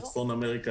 בצפון אמריקה,